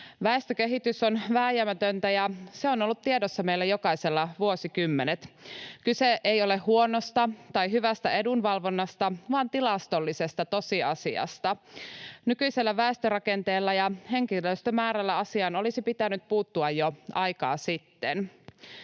Väestökehitys on vääjäämätöntä, ja se on ollut tiedossa meillä jokaisella vuosikymmenet. Kyse ei ole huonosta tai hyvästä edunvalvonnasta vaan tilastollisesta tosiasiasta. Nykyisellä väestörakenteella ja henkilöstömäärällä asiaan olisi pitänyt puuttua jo aikaa sitten.